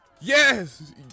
Yes